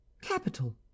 capital